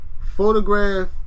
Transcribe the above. Photograph